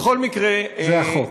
בכל מקרה, זה החוק.